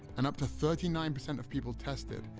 and up to thirty nine percent of people tested,